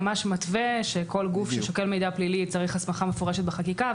שממש מתווה שכל גוף ששוקל מידע פלילי צריך הסמכה מפורשת בחקיקה,